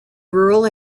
rural